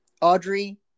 Audrey